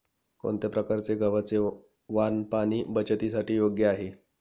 कोणत्या प्रकारचे गव्हाचे वाण पाणी बचतीसाठी योग्य आहे?